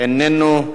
איננו,